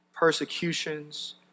persecutions